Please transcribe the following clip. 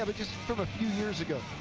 from a few years ago.